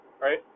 right